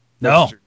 No